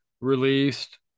released